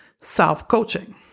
self-coaching